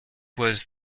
was